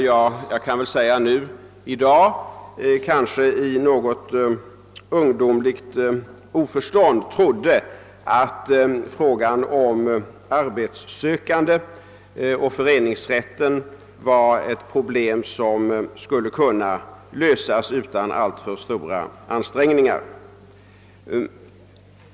Jag kan väl säga i dag att jag i något ungdomligt oförstånd trodde att frågan om arbetssökande och föreningsrätten var ett problem som skulle kunna lösas utan alltför stora ansträngningar.